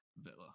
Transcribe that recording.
Villa